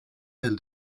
del